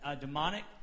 demonic